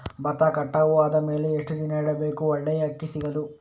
ಭತ್ತ ಕಟಾವು ಆದಮೇಲೆ ಎಷ್ಟು ದಿನ ಇಡಬೇಕು ಒಳ್ಳೆಯ ಅಕ್ಕಿ ಸಿಗಲು?